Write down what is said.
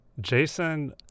Jason